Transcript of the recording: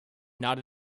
not